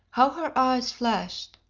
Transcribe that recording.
how her eyes flashed!